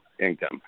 income